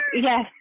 Yes